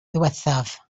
ddiwethaf